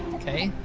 ok.